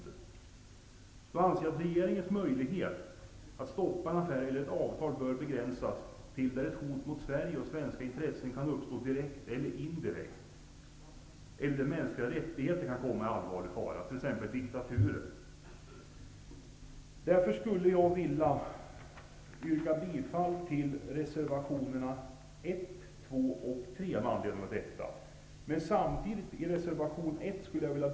Jag anser att regeringens möjlighet att stoppa en affär eller ett avtal bör begränsas till att gälla fall där ett hot mot Sverige eller svenska intressen kan uppstå direkt eller indirekt eller när mänskliga rättigheter kan komma i allvarlig fara, t.ex. i diktaturer. Därför vill jag yrka bifall till reservationerna 2 och 3, men i stället för reservation 1 yrkar jag bifall till mitt särskilda yrkande, som är utdelat i kammaren och har följande lydelse: Med tanke på att det inom svensk försvarsindustri inklusive underleverantörer arbetar ca 35 000 heltidsanställda måste alla rimliga utvägar prövas för att kompensera en minskad inhemsk upphandling med ökad export.